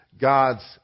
God's